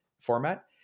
format